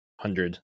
hundred